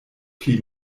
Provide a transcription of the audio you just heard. pli